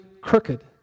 crooked